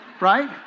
Right